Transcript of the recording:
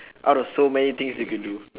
out of so many things you could do